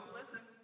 listen